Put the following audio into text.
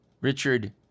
Richard